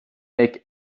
make